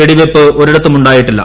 വെടിവയ്പ് ഒരിടത്തുമുണ്ടായിട്ടില്ല